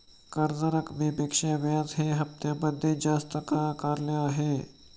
कर्ज रकमेपेक्षा व्याज हे हप्त्यामध्ये जास्त का आकारले आहे?